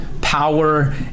power